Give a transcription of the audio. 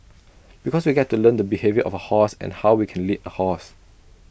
because we get to learn the behaviour of A horse and how we can lead A horse